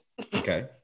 Okay